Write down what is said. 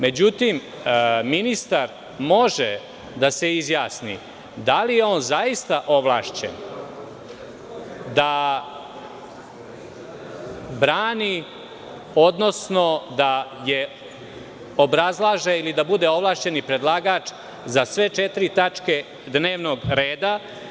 Međutim, ministar može da se izjasni da li je on zaista ovlašćen da brani, odnosno da je obrazlaže ili da bude ovlašćeni predlagač za sve četiri tačke dnevnog reda.